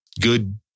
good